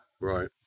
right